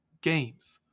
games